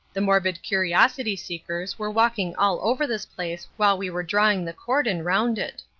the morbid curiosity-seekers were walking all over this place while we were drawing the cordon round it.